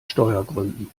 steuergründen